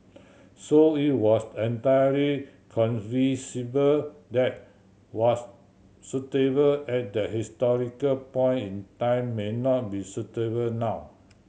so it was entirely conceivable that what was suitable at that historical point in time may not be suitable now